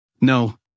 No